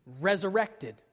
resurrected